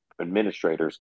administrators